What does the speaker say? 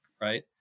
right